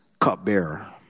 cupbearer